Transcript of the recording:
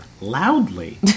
loudly